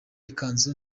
ikanzu